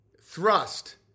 Thrust